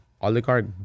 oligarch